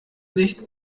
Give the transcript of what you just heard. nicht